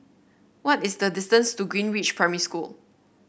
what is the distance to Greenridge Primary School